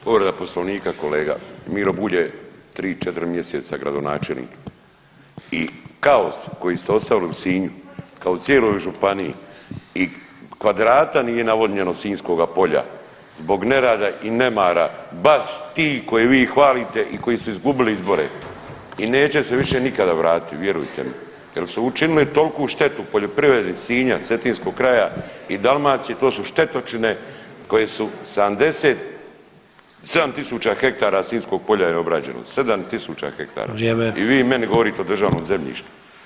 Povreda Poslovnika kolega, Miro Bulj je 3-4 mjeseca gradonačelnik i kaos koji ste ostavili u Sinju kao i u cijeloj županiji i kvadrata nije navodnjeno Sinjskoga polja zbog nerada i nemara baš tih koje vi hvalite i koji su izgubili izbore i neće se više nikada vratiti, vjerujte mi jer su učinili toliku štetu poljoprivredi Sinja, Cetinskog kraja i Dalmacije, to su štetočine koje su 70, 7000 hektara Sinjskog polja je neobrađeno, 7000 hektara [[Upadica: Vrijeme.]] i vi meni govorite o državnom zemljištu.